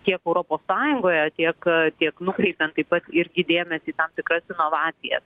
tiek europos sąjungoje tiek kiek nukreipiant taip pat irgi dėmesį į tam tikras inovacijas